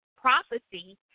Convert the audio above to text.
prophecy